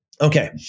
Okay